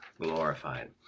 glorified